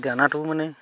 দানাটো মানে